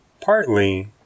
partly